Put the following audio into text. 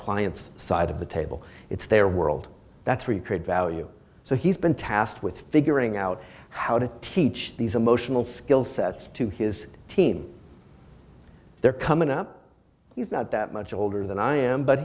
client's side of the table it's their world that's where you create value so he's been tasked with figuring out how to teach these emotional skill sets to his team they're coming up he's not that much older than i am but